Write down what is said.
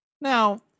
Now